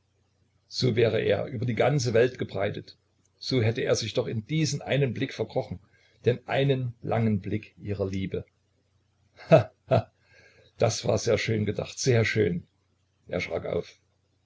so wäre er über die ganze welt gebreitet so hätte er sich doch in diesen einen blick verkrochen den einen langen blick ihrer liebe he he das war sehr schön gedacht sehr schön er schrak auf